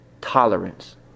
Tolerance